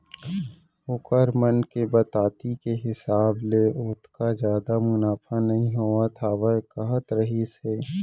ओखर मन के बताती के हिसाब ले ओतका जादा मुनाफा नइ होवत हावय कहत रहिस हे